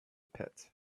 pit